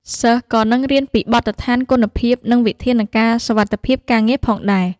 សិស្សក៏នឹងរៀនពីបទដ្ឋានគុណភាពនិងវិធានការសុវត្ថិភាពការងារផងដែរ។